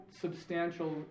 substantial